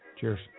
Cheers